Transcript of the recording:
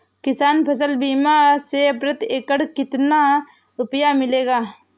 किसान फसल बीमा से प्रति एकड़ कितना रुपया मिलेगा?